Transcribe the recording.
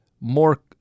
more